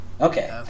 Okay